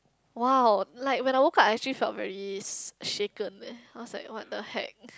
!wow! like when I woke up I actually felt very s~ shaken eh I was like what the heck